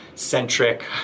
centric